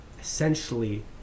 essentially